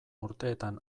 urteetan